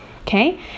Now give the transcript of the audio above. Okay